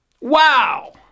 Wow